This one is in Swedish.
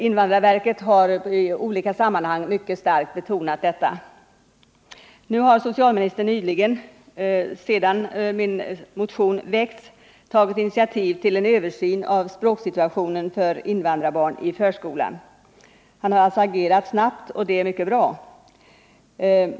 Invandrarverket har också i olika sammanhang mycket starkt betonat att hemspråksträningen bör byggas upp underifrån. Socialministern har nyligen — efter det att min motion väcktes — tagit initiativ till en översyn av språksituationen för invandrarbarn i förskolan. Han har alltså agerat snabbt, och det är mycket bra.